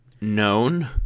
known